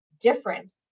different